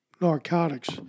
narcotics